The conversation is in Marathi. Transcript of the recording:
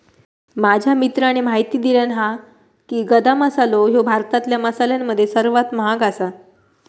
माझ्या मित्राने म्हायती दिल्यानं हा की, गदा मसालो ह्यो भारतातल्या मसाल्यांमध्ये सर्वात महाग आसा